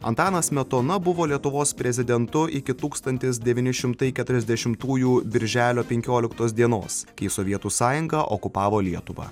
antanas smetona buvo lietuvos prezidentu iki tūkstantis devyni šimtai keturiasdešimtųjų birželio penkioliktos dienos kai sovietų sąjunga okupavo lietuvą